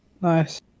Nice